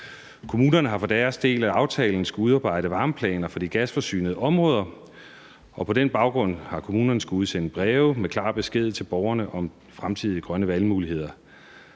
Kommunerne har ifølge deres del af aftalen skullet udarbejde varmeplaner for de gasforsynede områder, og på den baggrund har kommunerne skullet udsende breve med klar besked til borgerne om fremtidige grønne valgmuligheder.